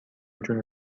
جون